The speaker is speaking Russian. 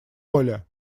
оля